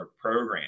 program